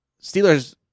Steelers